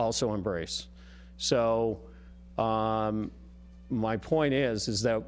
also embrace so so my point is is that